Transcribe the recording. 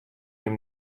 jim